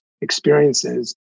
experiences